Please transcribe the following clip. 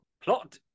plot